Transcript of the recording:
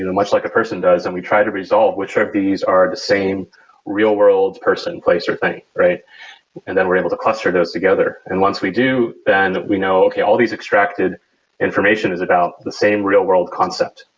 you know much like a person does, and we try to resolve which of these are the same real-world person, place or thing, and then we're able to cluster those together. and once we do, then we know, okay. all these extracted information is about the same real-world concept.